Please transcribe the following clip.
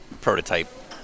prototype